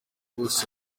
bose